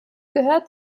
gehört